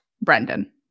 Brendan